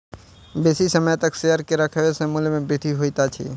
बेसी समय तक शेयर के राखै सॅ मूल्य में वृद्धि होइत अछि